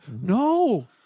no